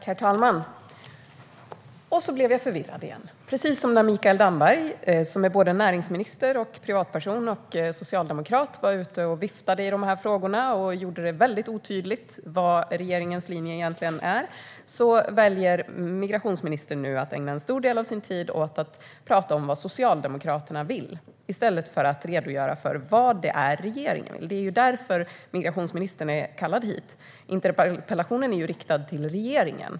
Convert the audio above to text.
Herr talman! Och så blev jag förvirrad igen. Precis som när Mikael Damberg var ute och viftade i dessa frågor som såväl näringsminister som privatperson och socialdemokrat och gjorde det väldigt otydligt vad som egentligen är regeringens linje väljer migrationsministern nu att ägna en stor del av sin tid åt att prata om vad Socialdemokraterna vill i stället för att redogöra för vad regeringen vill. Det var ju därför migrationsministern kallades hit - interpellationen är riktad till regeringen.